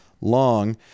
long